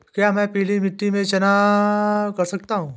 क्या मैं पीली मिट्टी में चना कर सकता हूँ?